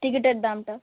টিকিটের দামটা